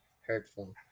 hurtful